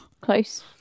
Close